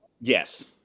Yes